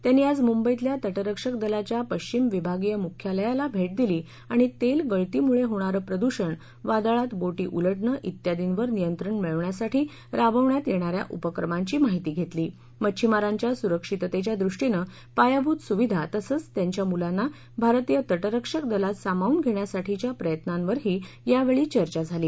त्यांनी आज मुंबईतल्या तटरक्षक दलाच्या पश्विम विभागीय मुख्यालयाला भेट दिली आणि तेलगळतीमुळे होणारं प्रदृषण वादळात बोटी उलटणं इत्यादींवर नियत्रण मिळवण्यासाठी राबवण्यात येणाऱ्या उपक्रमांची माहिती घेतली मच्छिमारांच्या सुरक्षिततेच्या दृष्टीनं पायाभूत सुविधा तसंच त्यांच्या मुलांना भारतीय तटरक्षक दलात समावून घेण्यासाठीच्या प्रयत्नावरही यावेळी चर्चा झाली